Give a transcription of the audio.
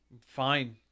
Fine